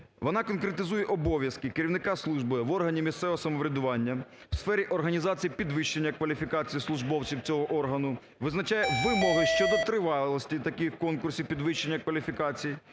Вона конкретизує обов'язки керівника служби в органі місцевого самоврядування в сфері організації підвищення кваліфікації службовців цього органу, визначає вимоги щодо тривалості таких конкурсів підвищення кваліфікації,